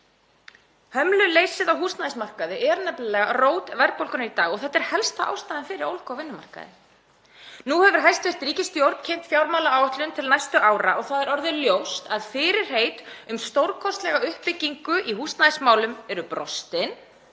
Hömluleysið á húsnæðismarkaði er nefnilega rót verðbólgunnar í dag og þetta er helsta ástæðan fyrir ólgu á vinnumarkaði. Nú hefur hæstv. ríkisstjórn kynnt fjármálaáætlun til næstu ára og það er orðið ljóst að fyrirheit um stórkostlega uppbyggingu í húsnæðismálum eru brostin.